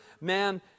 man